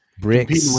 Bricks